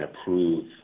approve